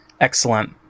excellent